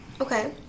Okay